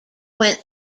went